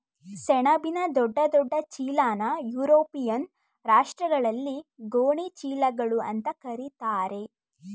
ಸೆಣಬಿನ ದೊಡ್ಡ ದೊಡ್ಡ ಚೀಲನಾ ಯುರೋಪಿಯನ್ ರಾಷ್ಟ್ರಗಳಲ್ಲಿ ಗೋಣಿ ಚೀಲಗಳು ಅಂತಾ ಕರೀತಾರೆ